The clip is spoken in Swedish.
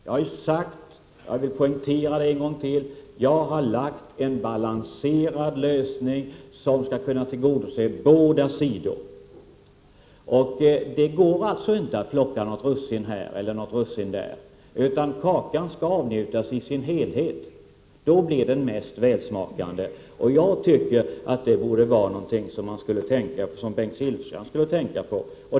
Jag vill ännu en gång poängtera att jag har föreslagit en balanserad lösning, som skall kunna tillgodose båda sidor. Det går alltså inte att plocka något russin här eller där, utan kakan skall avnjutas i sin helhet. Då blir den mest välsmakande. Jag tycker att det borde vara någonting som Bengt Silfverstrand skulle tänka på.